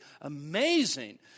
amazing